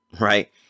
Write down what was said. right